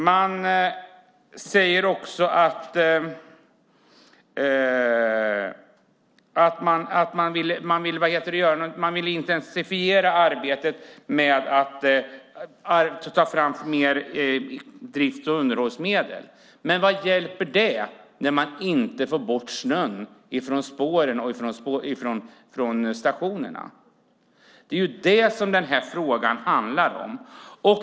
Man säger också att man vill intensifiera arbetet med att ta fram mer medel till drift och underhåll. Men vad hjälper det när man inte får bort snön från spåren och stationerna? Det är det frågan handlar om.